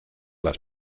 las